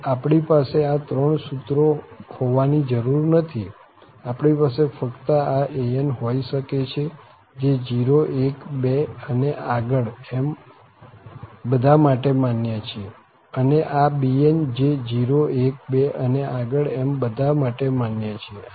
આમ આપણી પાસે આ ત્રણ સુત્રો હોવાની જરૂર નથી આપણી પાસે ફક્ત આ an હોઈ શકે છે જે 0 1 2અને આગળ એમ બધા માટે માન્ય છે અને આ bn જે 0 1 2 અને આગળ એમ બધા માટે માન્ય છે